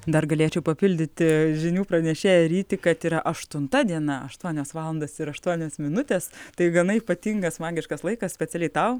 dar galėčiau papildyti žinių pranešėją rytį kad yra aštunta diena aštuonios valandos ir aštuonios minutės tai gana ypatingas magiškas laikas specialiai tau